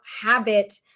habit